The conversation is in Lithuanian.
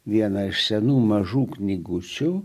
vieną iš senų mažų knygučių